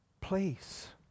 place